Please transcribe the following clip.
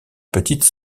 petite